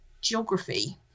geography